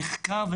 שנחקרה,